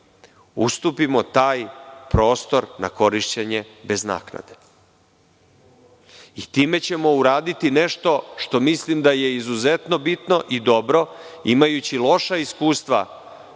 ustupimo taj prostor na korišćenje bez naknade. Time ćemo uraditi nešto što mislim da je izuzetno bitno i dobro, imajući loša iskustva